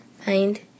find